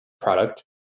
product